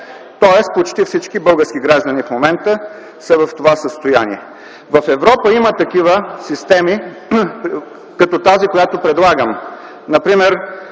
тоест почти всички български граждани в момента са в това състояние. В Европа има такива системи като тази, която предлагам.